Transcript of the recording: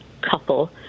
couple